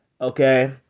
Okay